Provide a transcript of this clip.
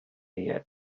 yet